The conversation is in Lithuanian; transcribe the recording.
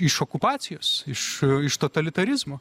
iš okupacijos iš iš totalitarizmo